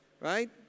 Right